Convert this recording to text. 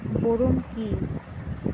Boron কি?